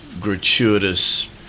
gratuitous